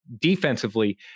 defensively